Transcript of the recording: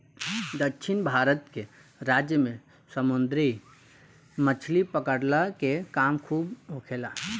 दक्षिण भारत के राज्य में समुंदरी मछली पकड़ला के काम खूब होखेला